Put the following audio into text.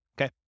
Okay